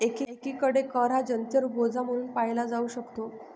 एकीकडे कर हा जनतेवर बोजा म्हणून पाहिला जाऊ शकतो